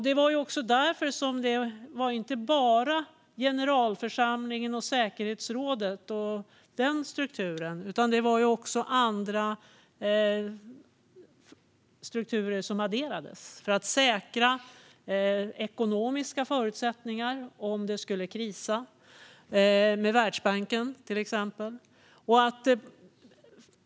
Det var också därför som FN inte bara kom att bestå av generalförsamlingen och säkerhetsrådet utan också av andra strukturer för att säkra ekonomiska förutsättningar om det skulle krisa, till exempel Världsbanken.